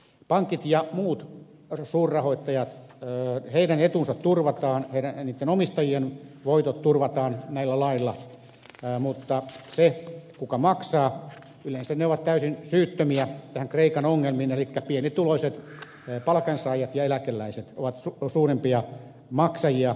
pankkien ja muiden suurrahoittajien edut turvataan niiden omistajien voitot turvataan näillä laeilla mutta ne jotka maksavat yleensä ovat täysin syyttömiä näihin kreikan ongelmiin elikkä pienituloiset palkansaajat ja eläkeläiset ovat suurimpia maksajia